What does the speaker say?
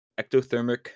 ectothermic